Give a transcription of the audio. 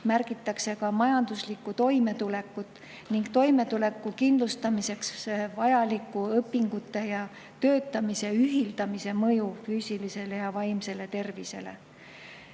märgitakse ka majanduslikku toimetulekut ning toimetuleku kindlustamiseks vajaliku õpingute ja töötamise ühildamise mõju füüsilisele ja vaimsele tervisele.